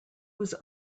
was